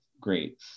great